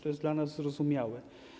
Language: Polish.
To jest dla nas zrozumiałe.